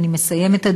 ואני מסיימת,